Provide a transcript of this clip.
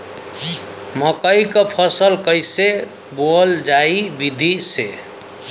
मकई क फसल कईसे बोवल जाई विधि से?